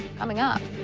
coming up.